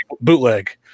bootleg